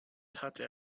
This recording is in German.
hatte